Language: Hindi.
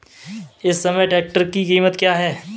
इस समय ट्रैक्टर की कीमत क्या है?